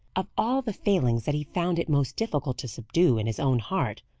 of all the failings that he found it most difficult to subdue in his own heart,